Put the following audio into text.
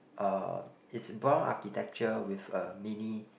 uh it's brown architecture with a mini